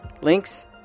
links